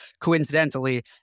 Coincidentally